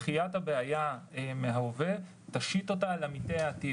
דחיית הבעיה מן ההווה תשית אותה אל עמיתי העתיד.